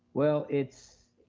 well it's.